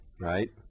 right